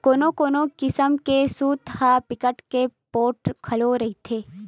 कोनो कोनो किसम के सूत ह बिकट के पोठ घलो रहिथे